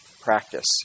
practice